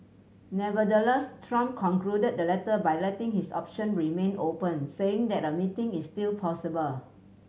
Nevertheless Trump concluded the letter by letting his option remain open saying that a meeting is still possible